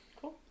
Cool